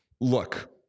look